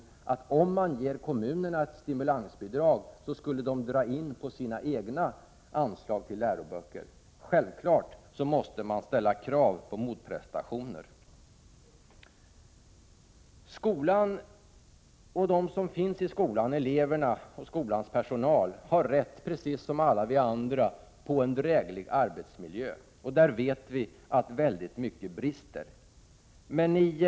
Där sägs att om man ger kommunerna ett stimulansbidrag så skulle de dra in på sina egna anslag till läroböcker. Man måste självfallet ställa krav på motprestationer. De som vistasi skolan — eleverna och skolans personal — har precis som alla andra rätt till en dräglig arbetsmiljö. Vi vet att väldigt mycket brister i det avseendet.